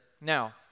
Now